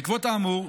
בעקבות האמור,